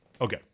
Okay